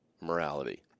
morality